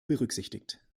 berücksichtigt